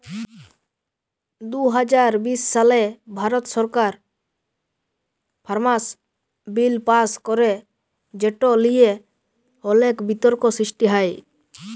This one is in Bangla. দু হাজার বিশ সালে ভারত সরকার ফার্মার্স বিল পাস্ ক্যরে যেট লিয়ে অলেক বিতর্ক সৃষ্টি হ্যয়